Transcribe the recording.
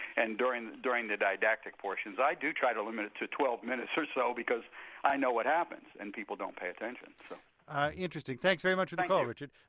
and during during the didactic portions i do try to limit it to twelve minutes or so because i know what happens and people don't pay attention. neal so interesting. thanks very much for the call, richard.